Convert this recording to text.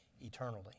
eternally